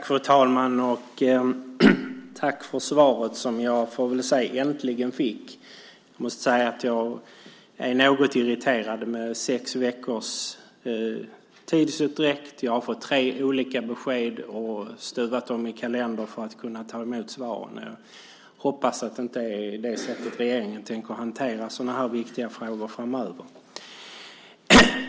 Fru talman! Tack för svaret som jag äntligen fick. Jag måste säga att jag är något irriterad över den sex veckor långa tidsutdräkten. Jag har fått tre olika besked och har stuvat om i kalendern för att kunna ta emot svaret. Jag hoppas att det inte är på det sättet som regeringen tänker hantera sådana här viktiga frågor framöver.